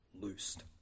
loosed